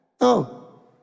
No